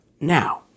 now